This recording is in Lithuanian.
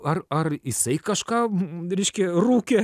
ar ar jisai kažką reiškia rūkė